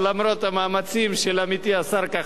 למרות המאמצים של עמיתי השר כחלון,